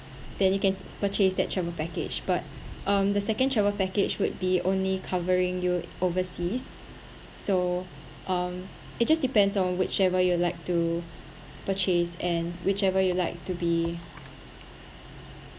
then you can purchase that travel package but um the second travel package would be only covering you overseas so um it just depends on whichever you'd like to purchase and whichever you'd like to be